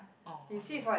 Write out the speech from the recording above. oh okay